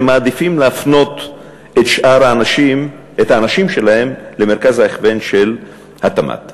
הם מעדיפים להפנות את האנשים שלהם למרכז ההכוון של התמ"ת.